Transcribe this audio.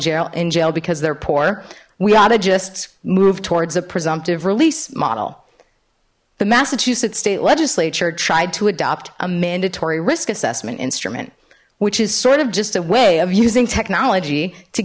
jail in jail because they're poor we oughta just move towards the presumptive release model the massachusetts state legislature tried to adopt a mandatory risk assessment instrument which is sort of just a way of using technology to